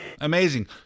Amazing